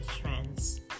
trends